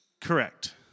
Correct